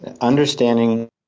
understanding